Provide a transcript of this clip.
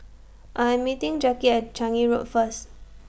I'm meeting Jacki At Changi Road First